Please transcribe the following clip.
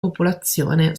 popolazione